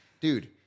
Dude